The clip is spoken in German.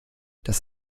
das